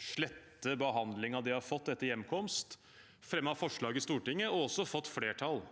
slette behandlingen de har fått etter hjemkomst, fremmet forslag i Stortinget og også fått flertall